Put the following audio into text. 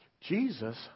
Jesus